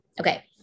Okay